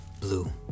Blue